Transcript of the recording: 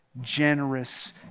generous